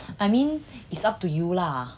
I mean it's up to you lah